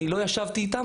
אני לא ישבתי איתם.